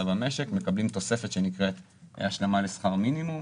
במשק מקבלים תוספת שנקראת השלמה לשכר מינימום.